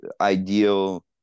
ideal